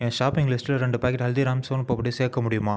என் shopping லிஸ்ட்டில் ரெண்டு packet Haldiram's soan papdi சேர்க்க முடியுமா